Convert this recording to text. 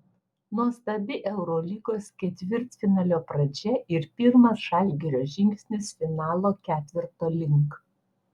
nuostabi eurolygos ketvirtfinalio pradžia ir pirmas žalgirio žingsnis finalo ketverto link